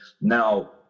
Now